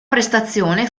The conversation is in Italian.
prestazione